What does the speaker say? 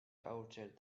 outside